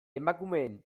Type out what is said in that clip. emakumeen